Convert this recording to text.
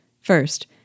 First